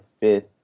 fifth